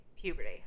puberty